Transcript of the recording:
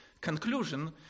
conclusion